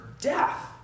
death